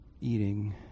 eating